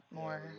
more